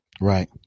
Right